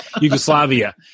Yugoslavia